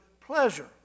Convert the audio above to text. pleasure